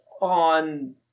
on